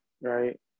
right